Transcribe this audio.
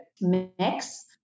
mix